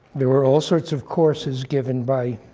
there were all sorts of courses given by